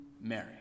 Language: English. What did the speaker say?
Mary